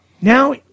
now